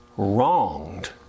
wronged